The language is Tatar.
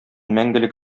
мәңгелек